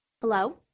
Hello